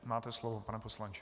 Máte slovo, pane poslanče.